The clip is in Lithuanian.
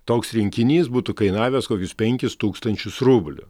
toks rinkinys būtų kainavęs kokius penkis tūkstančius rublių